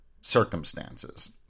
circumstances